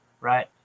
Right